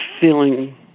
feeling